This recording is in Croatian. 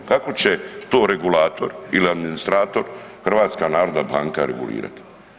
Kako će to regulator ili administrator HNB regulirat?